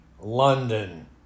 London